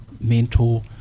mental